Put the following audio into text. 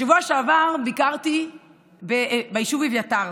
בשבוע שעבר ביקרתי ביישוב אביתר,